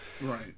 Right